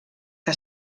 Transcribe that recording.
que